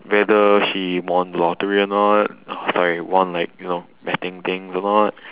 whether she won lottery or not oh sorry won like you know betting things or not